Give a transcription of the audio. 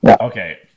Okay